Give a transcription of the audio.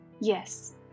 Yes